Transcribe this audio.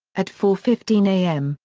at four fifteen a m,